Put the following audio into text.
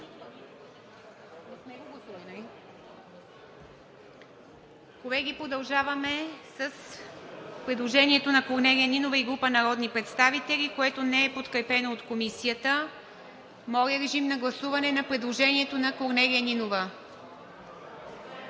Колеги, продължаваме с предложението на Корнелия Нинова и група народни представители, което не е подкрепено от Комисията. Моля, гласувайте предложението на Корнелия Нинова.